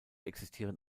existieren